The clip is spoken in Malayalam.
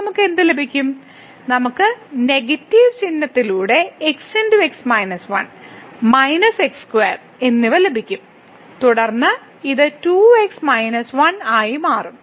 നമുക്ക് എന്ത് ലഭിക്കും നമുക്ക് നെഗറ്റീവ് ചിഹ്നത്തിലൂടെ x x2 എന്നിവ ലഭിക്കും തുടർന്ന് ഇത് 2x 1 ആയി മാറും